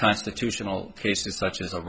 constitutional cases such as a